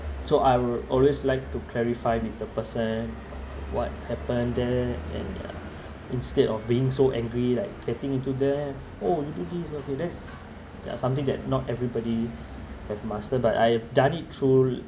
so I will always like to clarify with the person what happen there and ya instead of being so angry like getting into there oh you did this okay there's there are something that not everybody have mastered but I've done it through